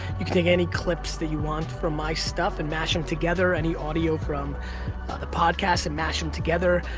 you can take any clips that you want from my stuff and mash them together, any audio from a podcast and mash them together.